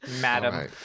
madam